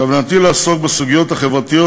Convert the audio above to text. כוונתי לעסוק בסוגיות החברתיות,